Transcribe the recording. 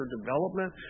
development